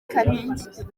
karenge